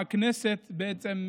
בעצם,